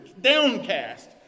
Downcast